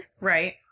Right